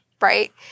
right